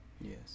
Yes